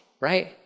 right